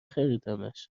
خریدمش